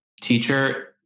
teacher